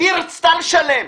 היא רצתה לשלם.